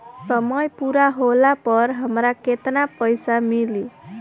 समय पूरा होला पर हमरा केतना पइसा मिली?